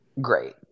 Great